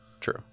true